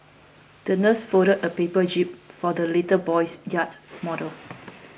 the nurse folded a paper jib for the little boy's yacht model